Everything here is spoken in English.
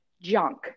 junk